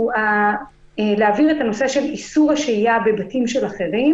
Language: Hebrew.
הוא להבהיר את הנושא של איסור השהייה בבתים של אחרים